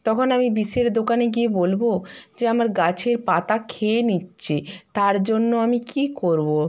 তখন আমি বিষের দোকানে গিয়ে বলবো যে আমার গাছের পাতা খেয়ে নিচ্ছে তার জন্য আমি কী করবো